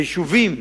ביישובים